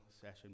session